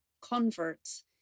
convert's